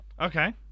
Okay